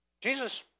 Jesus